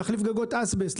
להחליף גגות אסבסט,